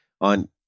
On